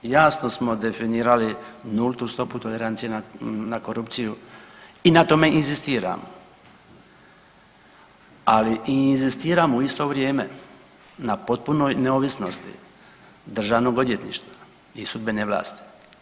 Jasno smo definirali nultu stopu tolerancije na korupciju i na tome inzistiramo, ali i inzistiramo u isto vrijeme na potpunoj neovisnosti državnog odvjetništva i sudbene vlasti.